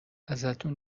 ازتون